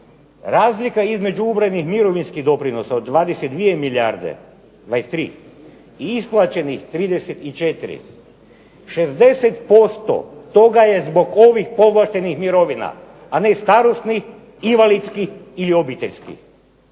Razlika između ubrojenih mirovinskih doprinosa od 22 milijarde, 23, isplaćenih 34 60% toga je zbog ovih povlaštenih mirovina, a ne starosnih, invalidskih ili obiteljskih.